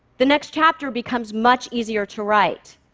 the next chapter becomes much easier to write.